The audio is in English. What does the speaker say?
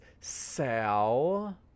Sal